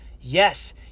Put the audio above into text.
Yes